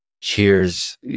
Cheers